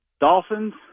Dolphins